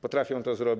potrafią to zrobić.